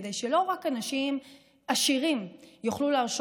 כדי שלא רק אנשים עשירים יוכלו להרשות